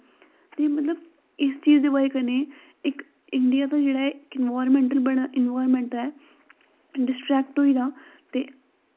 ते मतलव इस चीज़ दी बज़ह कन्नै इक इंडियां दा जेह्ड़ा ऐ इंनवाईरनमैंट ऐ डिस्टरैक्ट होई दी ते